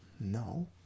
no